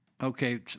Okay